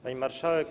Pani Marszałek!